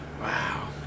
wow